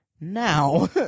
Now